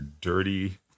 dirty